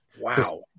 Wow